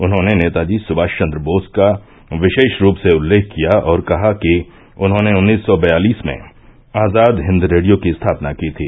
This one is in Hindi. उन्होंने नेताजी सुभाषचन्द्र बोस का विशेष रूप से उल्लेख किया और कहा कि उन्होंने उन्नीस सौ बयालिस में आजाद हिंद रेडियो की स्थापना की थी